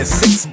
six